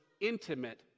intimate